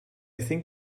think